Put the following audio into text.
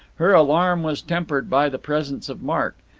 her alarm was tempered by the presence of mark.